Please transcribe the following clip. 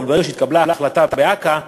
אבל ברגע שהתקבלה ההחלטה באכ"א,